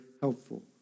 helpful